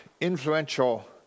influential